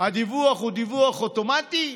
הדיווח הוא דיווח אוטומטי,